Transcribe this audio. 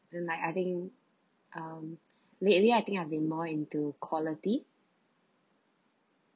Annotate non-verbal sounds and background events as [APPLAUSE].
then like I think um [BREATH] lately I think I've been more into quality